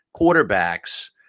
quarterbacks